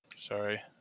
sorry